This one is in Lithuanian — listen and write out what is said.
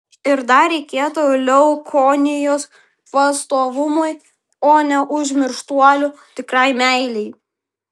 ir dar reikėtų leukonijos pastovumui o neužmirštuolių tikrai meilei